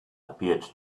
appeared